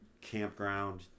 campground